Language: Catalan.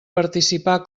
participar